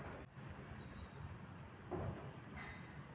బీమా కు ఆరోగ్య బీమా కు తేడా ఏంటిది?